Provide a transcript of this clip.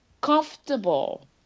comfortable